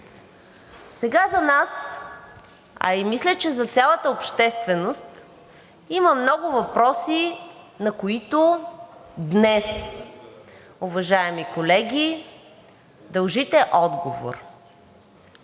Сега за нас, а и мисля, че за цялата общественост има много въпроси, на които днес, уважаеми колеги, дължите отговор.